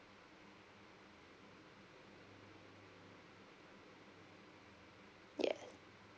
ya